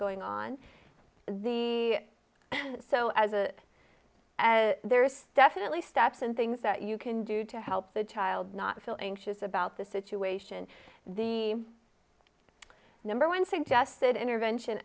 going on the and so as a as there's definitely steps and things that you can do to help the child not feel anxious about the situation the number one suggested intervention